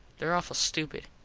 there awful stupid.